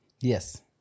yes